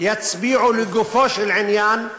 יצביעו לגופו של עניין,